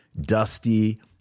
dusty